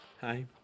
Hi